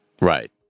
Right